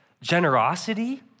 generosity